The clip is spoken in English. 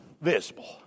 visible